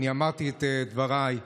אמרתי את דבריי.